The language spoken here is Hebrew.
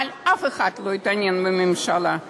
אבל אף אחד בממשלה לא התעניין.